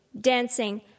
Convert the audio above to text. dancing